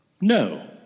No